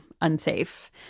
unsafe